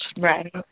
right